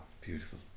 beautiful